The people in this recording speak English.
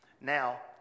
Now